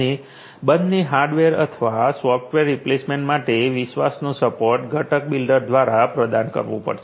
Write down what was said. અને બંને હાર્ડવેર અથવા સોફ્ટવેર રિપ્લેસમેન્ટ માટે વિશ્વાસનો સપોર્ટ ઘટક બિલ્ડર દ્વારા પ્રદાન કરવું પડશે